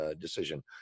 Decision